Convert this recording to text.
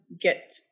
get